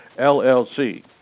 LLC